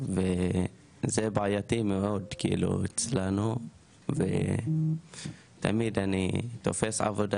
וזה בעייתי מאוד כאילו אצלנו ותמיד אני תופס עבודה